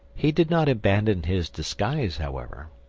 he did not abandon his disguise, however.